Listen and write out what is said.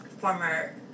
former